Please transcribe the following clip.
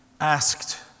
asked